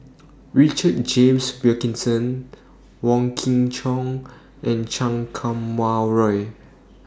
Richard James Wilkinson Wong Kin Jong and Chan Kum Wah Roy